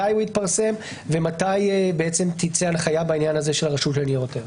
מתי הוא יתפרסם ומתי בעניין הזה תצא הנחיה של הרשות לניירות ערך.